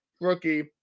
rookie